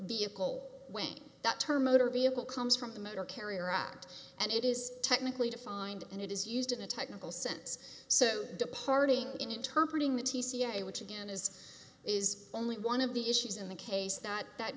vehicle when the term motor vehicle comes from the motor carrier out and it is technically defined and it is used in a technical sense so departing interpret ing the t cia which again is is only one of the issues in the case that that